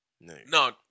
no